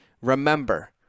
Remember